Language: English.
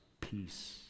peace